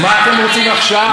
מה אתם רוצים עכשיו?